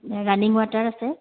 running water আছে